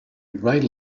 right